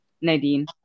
Nadine